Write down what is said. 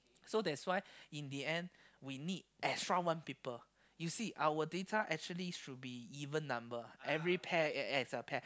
so that's why in the end we need extra one people you see our data actually should be even number every pair act as a pair